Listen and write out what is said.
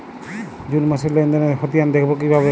June মাসের লেনদেনের খতিয়ান দেখবো কিভাবে?